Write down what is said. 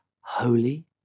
holy